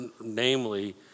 namely